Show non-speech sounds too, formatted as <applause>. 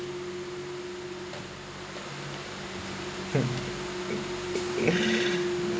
<laughs> <noise>